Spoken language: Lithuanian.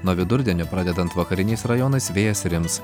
nuo vidurdienio pradedant vakariniais rajonais vėjas rims